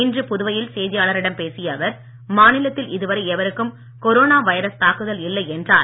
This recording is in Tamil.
இன்று புதுவையில் செய்தியாளரிடம் பேசிய அவர் மாநிலத்தில் இதுவரை எவருக்கும் கொரோனா வைரஸ் தாக்குதல் இல்லை என்றார்